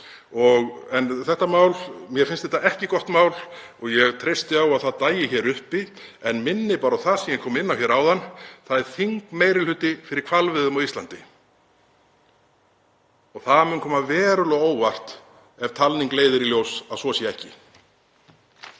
ákveðnum ástæðum. Mér finnst þetta ekki gott mál og ég treysti á að það dagi uppi en minni bara á það sem ég kom inn á hér áðan að það er þingmeirihluti fyrir hvalveiðum á Íslandi. Það mun koma verulega á óvart ef talning leiðir í ljós að svo sé ekki.